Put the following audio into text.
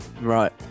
Right